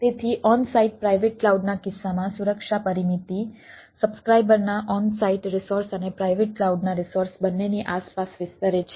તેથી on site private ક્લાઉડના કિસ્સામાં સુરક્ષા પરિમિતિ સબ્સ્ક્રાઇબર ના ઓન સાઇટ રિસોર્સ અને પ્રાઇવેટ ક્લાઉડના રિસોર્સ બંનેની આસપાસ વિસ્તરે છે